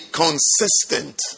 consistent